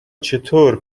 چطور